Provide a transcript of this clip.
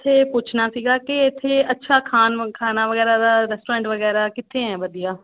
ਅਸੀਂ ਇਹ ਪੁੱਛਣਾ ਸੀਗਾ ਕਿ ਇਥੇ ਅੱਛਾ ਖਾਣ ਨੂੰ ਖਾਣਾ ਵਗੈਰਾ ਦਾ ਰੈਸਟੋਰੈਂਟ ਵਗੈਰਾ ਕਿੱਥੇ ਹੈਂ ਵਧੀਆ